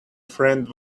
friend